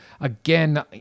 again